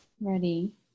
ready